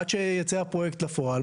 עד שיצא הפרויקט לפועל,